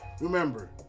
remember